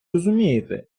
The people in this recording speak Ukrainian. розумієте